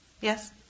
Yes